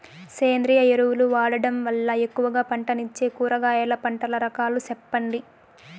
సేంద్రియ ఎరువులు వాడడం వల్ల ఎక్కువగా పంటనిచ్చే కూరగాయల పంటల రకాలు సెప్పండి?